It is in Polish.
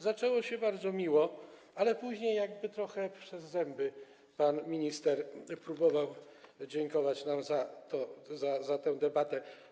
Zaczęło się bardzo miło, ale później jakby trochę przez zęby pan minister próbował dziękować nam za tę debatę.